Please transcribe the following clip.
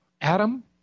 Adam